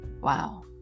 Wow